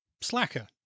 Slacker